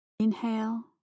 Inhale